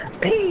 peace